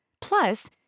Plus